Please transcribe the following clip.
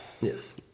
Yes